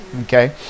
Okay